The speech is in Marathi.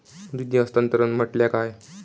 निधी हस्तांतरण म्हटल्या काय?